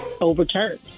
overturned